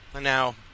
Now